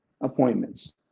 appointments